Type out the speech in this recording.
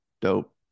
dope